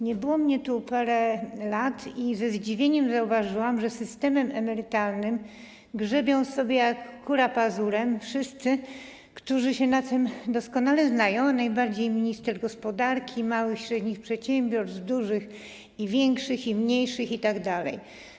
Nie było mnie tu parę lat i ze zdziwieniem zauważyłam, że w systemie emerytalnym grzebią sobie jak kura pazurem wszyscy, którzy się na tym doskonale znają, najbardziej minister gospodarki, małych, średnich przedsiębiorstw, dużych i większych, i mniejszych, itd.